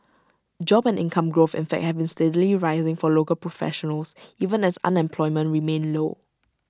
job and income growth and fact have been steadily rising for local professionals even as unemployment remained low